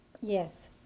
Yes